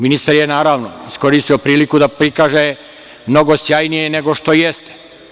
Ministar je, naravno, iskoristio priliku da prikaže mnogo sjajnije nego što jeste.